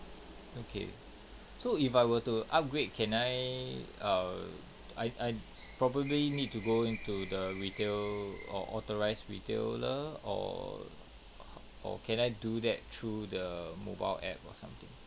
okay so if I were to upgrade can I err I I probably need to go into the retail or authorised retailer or or can I do that through the mobile app or something